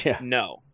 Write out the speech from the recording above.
No